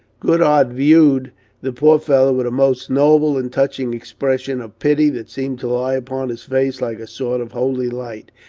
goodhart viewed the poor fellow with a most noble and touching expression of pity that seemed to lie upon his face like a sort of holy light,